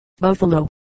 Buffalo